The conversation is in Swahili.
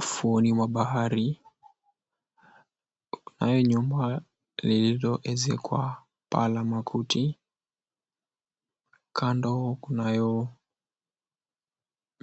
Ufuoni mwa bahari, kunayo nyumba lililoezekwa paa la makuti. Kando kunayo